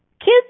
Kids